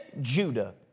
Judah